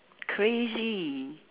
crazy